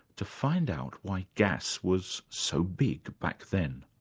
to find out why gas was so big back then.